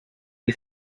you